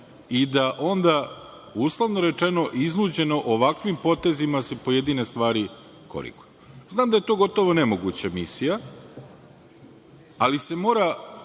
i da onda, uslovno rečeno, iznuđeno ovakvim potezima pojedine stvari koriguju. Znam da je to gotovo nemoguća misija, ali se mora